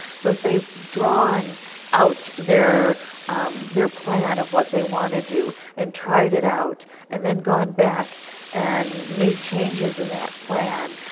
so if they have drawn out their their plan of what they want to do and tried it out and then gone back and made changes in that plan,